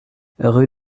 rue